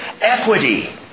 equity